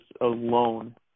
alone